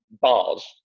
bars